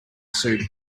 suit